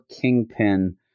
Kingpin